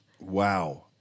Wow